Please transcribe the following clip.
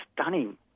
stunning